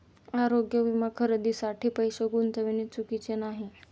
आरोग्य विमा खरेदीसाठी पैसे गुंतविणे चुकीचे नाही